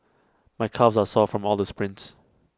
my calves are sore from all the sprints